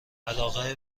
علاقه